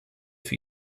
für